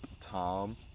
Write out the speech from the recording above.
Tom